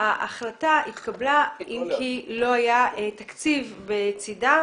ההחלטה התקבלה אם כי לא היה תקציב בצידה